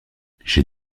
j’ai